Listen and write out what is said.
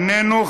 איננו,